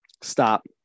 stop